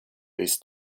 this